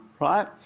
right